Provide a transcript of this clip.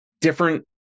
different